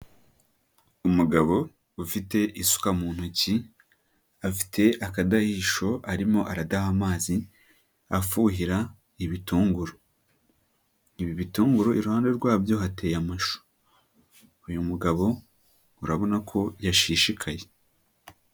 Umugabo ufite isuka mu ntoki, afite akadahisho arimo aradaha amazi afuhira ibitunguru. Ibi bitunguru iruhande rwabyo hateye amashu. Uyu mugabo urabona ko yashishikaye.